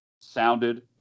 sounded